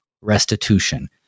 restitution